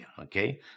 okay